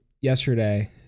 yesterday